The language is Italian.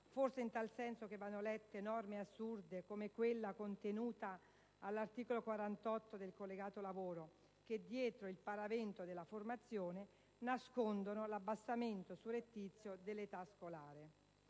forse è in tal senso che vanno lette norme assurde, come quella contenuta all'articolo 48 del collegato lavoro, che dietro il paravento della formazione nascondono l'abbassamento surrettizio dell'età scolare.